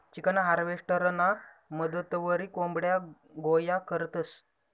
chicken हार्वेस्टरना मदतवरी कोंबड्या गोया करतंस